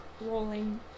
rolling